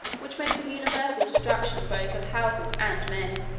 which makes a universal destruction both of houses and men.